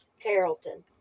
Carrollton